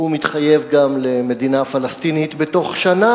הוא מתחייב גם למדינה פלסטינית בתוך שנה,